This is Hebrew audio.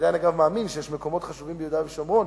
אני עדיין מאמין שיש מקומות חשובים ביהודה ושומרון